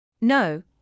No